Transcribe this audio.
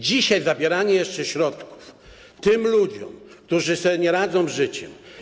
Dzisiaj zabieranie jeszcze środków tym ludziom, którzy sobie nie radzą z życiem.